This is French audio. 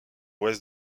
ouest